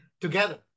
together